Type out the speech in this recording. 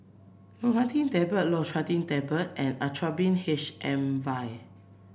Loratadine Tablets Loratadine Tablets and Actrapid H M vial